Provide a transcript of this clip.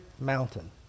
mountain